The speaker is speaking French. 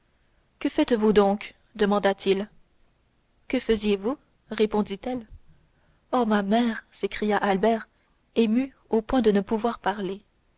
que faites-vous donc demanda-t-il que faisiez-vous répondit-elle ô ma mère s'écria albert ému au point de ne pouvoir parler